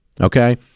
Okay